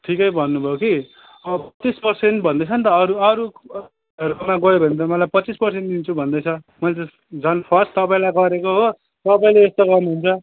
ठिकै भन्नु भयो कि पच्चिस पर्सेन्ट भन्दैछ नि त अरू अरूहरूकोमा गयो भने त मलाई पच्चिस पर्सेन्ट दिन्छु भन्दैछ मैले त झन फर्स्ट तपाईँलाई गरेको हो तपाईँले यस्तो गर्नुहुन्छ